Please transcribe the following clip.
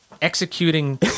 executing